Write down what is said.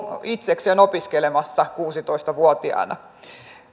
itsekseen opiskelemassa kuusitoista vuotiaana